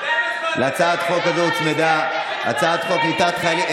להצעת החוק הזאת הוצמדה הצעת חוק קליטת חיילים.